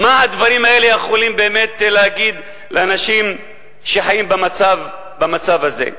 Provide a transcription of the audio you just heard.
מה הדברים האלה יכולים באמת להגיד לאנשים שחיים במצב הזה?